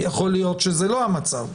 כי יכול להיות שזה לא המצב.